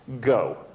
go